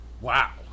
Wow